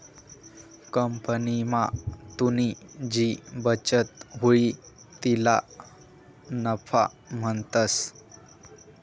कंपनीमा तुनी जी बचत हुई तिले नफा म्हणतंस